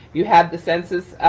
you have the census